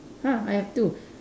!huh! I have two